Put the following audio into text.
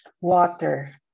water